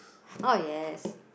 oh yes